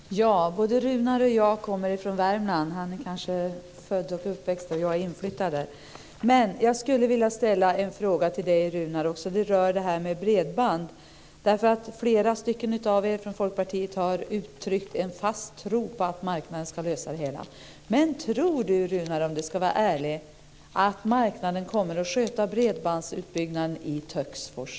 Fru talman! Både Runar Patriksson och jag kommer från Värmland. Runar är kanske född och uppväxt där. Själv är jag inflyttad. Jag skulle vilja ställa en fråga till Runar. Det rör det här med bredband. Flera av er i Folkpartiet har uttryckt en fast tro på att marknaden ska lösa det hela. Men tror Runar Patriksson ärligt talat att marknaden kommer att sköta bredbandsutbyggnaden i Töcksfors?